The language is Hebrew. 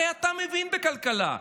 הרי אתה מבין בכלכלה,